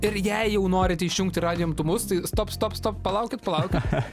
ir jei jau norite išjungti radijo imtuvus tai stop stop stop palaukit palaukit